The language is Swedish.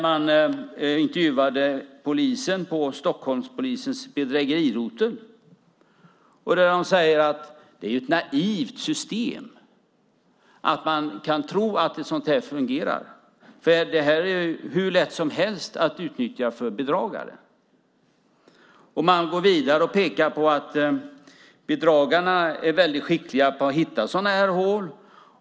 Man intervjuade polisen på Stockholmspolisens bedrägerirotel, och de sade att det är ett naivt system och naivt att tro att det fungerar. Det är nämligen hur lätt som helst för bedragare att utnyttja. De går också vidare och pekar på att bedragarna är väldigt skickliga på att hitta sådana här hål.